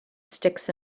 sticks